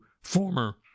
former